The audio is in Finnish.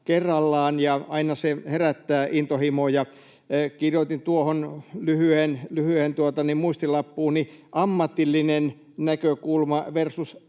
kerrallaan, ja aina se herättää intohimoja. Kirjoitin tuohon lyhyeen muistilappuuni ”ammatillinen näkökulma versus